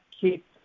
keep